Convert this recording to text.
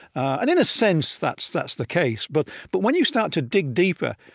and in a sense, that's that's the case. but but when you start to dig deeper,